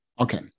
Okay